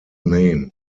name